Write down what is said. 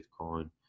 Bitcoin